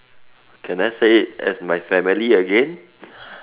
can I say it as my family again